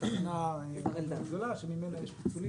תחנה גדולה שממנה יש פיצולים,